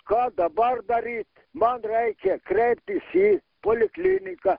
ką dabar daryt man reikia kreiptis į polikliniką